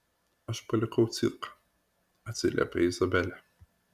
aš palikau cirką atsiliepia izabelė